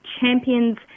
champions